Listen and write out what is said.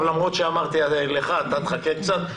תודה.